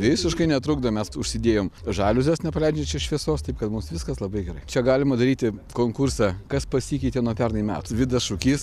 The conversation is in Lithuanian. visiškai netrukdo mes užsidėjom žaliuzes nepraleidžiančias šviesos taip kad mums viskas labai gerai čia galima daryti konkursą kas pasikeitė nuo pernai metų vidas šukys